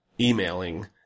emailing